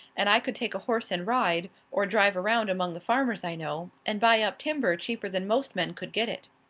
and i could take a horse and ride, or drive around among the farmers i know, and buy up timber cheaper than most men could get it.